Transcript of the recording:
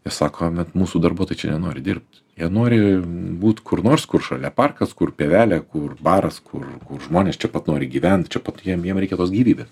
jie sako bet mūsų darbuotojai čia nenori dirb jie nori būt kur nors kur šalia parkas kur pievelė kur baras kur žmonės čia pat nori gyvent čia pat jiem jiem reikia tos gyvybės